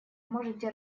можете